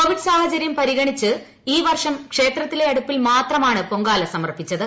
Covid സാഹചര്യം പരിഗണിച്ച് ഈ വർഷം ക്ഷേത്രത്തിലെ അടുപ്പിൽ മാത്രമാണ് പൊങ്കാല സമർപ്പിച്ചത്